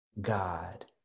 God